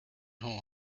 who